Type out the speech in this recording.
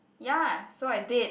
ya so I did